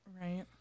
Right